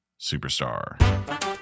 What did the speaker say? Superstar